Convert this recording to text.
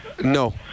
no